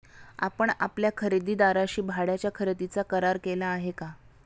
आपण आपल्या खरेदीदाराशी भाड्याच्या खरेदीचा करार केला आहे का?